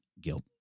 guilt